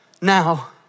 now